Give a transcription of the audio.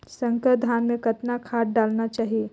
संकर धान मे कतना खाद डालना चाही?